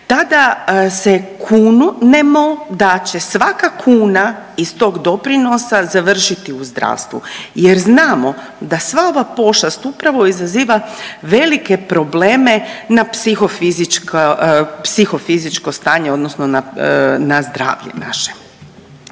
tada se kunemo da će svaka kuna iz tog doprinosa završiti u zdravstvu jer znamo da sva ova pošast upravo izaziva velike probleme na psihofizičko, psihofizičko stanje odnosno na zdravlje naše.